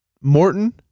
Morton